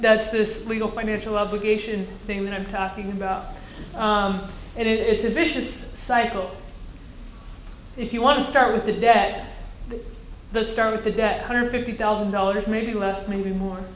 that's this legal financial obligation thing that i'm talking about and it's a vicious cycle if you want to start with the debt at the start of the debt hundred fifty thousand dollars maybe less maybe more